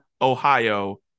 Ohio